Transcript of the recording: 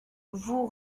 vous